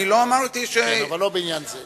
אני לא אמרתי, כן, אבל לא בעניין זה.